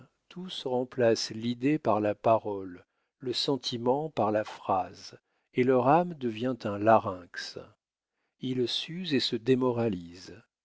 tous remplacent l'idée par la parole le sentiment par la phrase et leur âme devient un larynx ils s'usent et se démoralisent